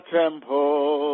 temple